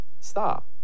Stop